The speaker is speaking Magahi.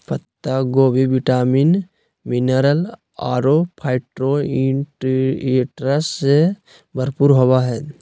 पत्ता गोभी विटामिन, मिनरल अरो फाइटोन्यूट्रिएंट्स से भरपूर होबा हइ